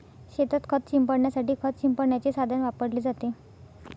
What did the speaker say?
शेतात खत शिंपडण्यासाठी खत शिंपडण्याचे साधन वापरले जाते